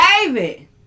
David